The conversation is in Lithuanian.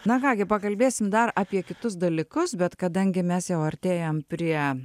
na ką gi pakalbėsim dar apie kitus dalykus bet kadangi mes jau artėjam prie